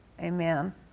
Amen